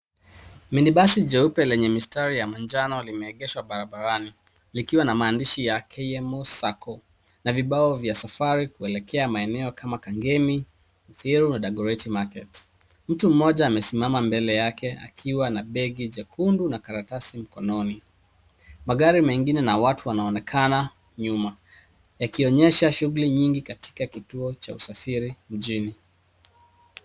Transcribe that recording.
Minibasi jeupe lenye mistari ya manjano limeegeshwa barabarani likiwa na maandishi ya KMO sacco na vibao vya safari kuelekea maeneo kama Kangemi, Uthiru na Dagoretti Market . Mtu mmoja amesimama mbele yake akiwa na begi jekundu na karatasi mkononi. Magari mengine na watu wanaonekana nyuma yakionyesha shughuli nyingi katika kituo cha usafiri mjini.